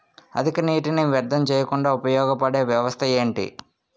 అధిక నీటినీ వ్యర్థం చేయకుండా ఉపయోగ పడే వ్యవస్థ ఏంటి